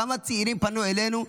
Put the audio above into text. כמה צעירים פנו אלינו,